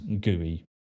gui